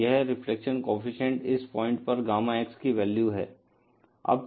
तो यह reflection coefficient इस पॉइंट पर गामा एक्स की वैल्यू है